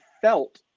felt